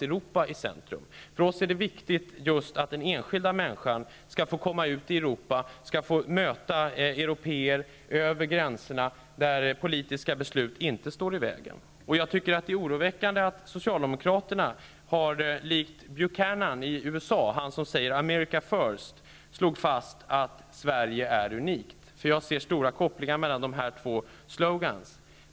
För oss moderater är det viktigt att just den enskilda människan skall få komma ut i Europa och möta européer över gränserna. Politiska beslut skall inte få stå i vägen. Jag tycker att det är oroväckande att socialdemokraterna, likt Buchanan i USA som säger ''America first'', slår fast att Sverige är unikt. Jag ser nämligen stora kopplingar mellan dessa två olika slogans.